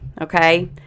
Okay